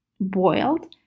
Boiled